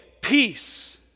peace